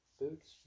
boots